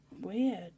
Weird